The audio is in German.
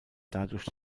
dadurch